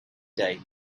day